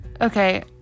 Okay